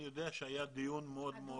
אני יודע שהיה דיון מאוד מאוד